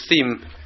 theme